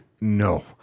No